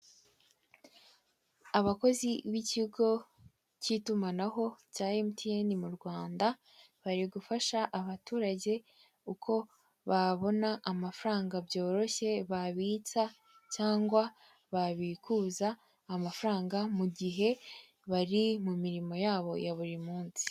Abakozi b'ikigo cy'itumanaho cya emutiyene mu rwanda bari gufasha abaturage uko babona amafaranga byoroshye babitsa cyangwa babikuza amafaranga mu gihe bari mu mirimo yabo ya buri munsi.